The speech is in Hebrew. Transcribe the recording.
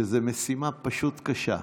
שזו משימה פשוט קשה.